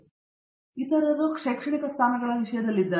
ನಂತರ ಇತರರು ಶೈಕ್ಷಣಿಕ ಸ್ಥಾನಗಳ ವಿಷಯದಲ್ಲಿದ್ದಾರೆ